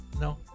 No